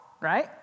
right